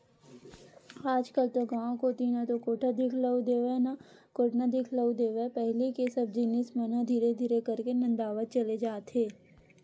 आजकल तो गांव कोती ना तो कोठा दिखउल देवय ना कोटना दिखउल देवय पहिली के सब जिनिस मन ह धीरे धीरे करके नंदावत चले जात हे